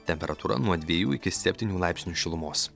temperatūra nuo dviejų iki septynių laipsnių šilumos